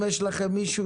אם יש לכם מישהו,